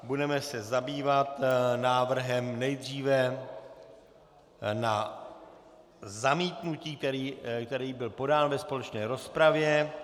Budeme se zabývat návrhem nejdříve na zamítnutí, který byl podán ve společné rozpravě.